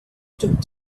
took